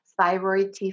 thyroid